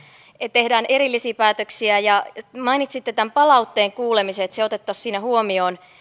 tehdään erillisiä päätöksiä mainitsitte tämän palautteen kuulemisen ja että se otettaisiin siinä huomioon